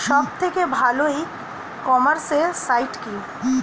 সব থেকে ভালো ই কমার্সে সাইট কী?